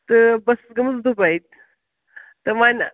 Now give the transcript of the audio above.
تہٕ بہٕ ٲسٕس گٔمٕژ دُبے تہٕ وۅنۍ